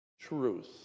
truth